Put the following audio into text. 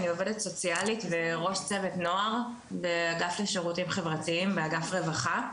אני עובדת סוציאלית וראש צוות נוער באגף לשירותים חברתיים באגף רווחה.